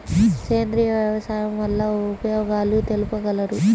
సేంద్రియ వ్యవసాయం వల్ల ఉపయోగాలు తెలుపగలరు?